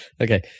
Okay